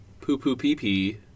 Poo-poo-pee-pee